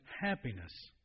happiness